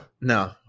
No